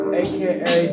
aka